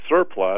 surplus